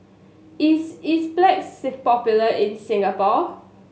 is Enzyplex popular in Singapore